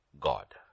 God